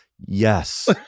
yes